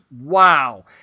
wow